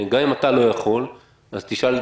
גם אם אתה לא יכול, תשאל.